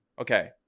Okay